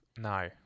No